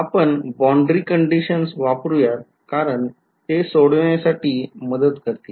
आपण boundary conditions वापरूयात कारण ते सोडविण्यासाठी मदत करतील